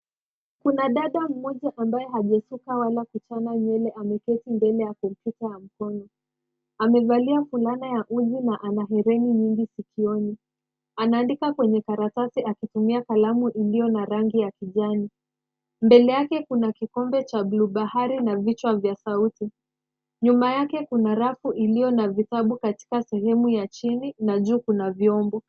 Kuna dada mmoja ambaye hajasuka wala kuchana nywele. Ameketi mbele ya kompyuta ya mkono. Amevalia fulana ya uzi na ana herini nyingi sikioni. Anaandika kwenye karatasi akitumia kalamu iliyo na rangi ya kijani. Mbele yake kuna kikombe cha blue bahari na vichwa vya sauti. Nyuma yake kuna rafu iliyo na vitabu katika sehemu ya chini na juu kuna vyombo.